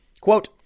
Quote